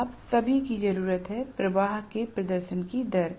आप सभी की जरूरत है प्रवाह के परिवर्तन की दर